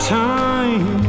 time